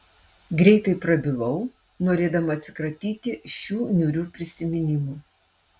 greitai prabilau norėdama atsikratyti šių niūrių prisiminimų